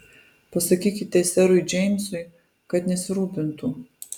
pasakykite serui džeimsui kad nesirūpintų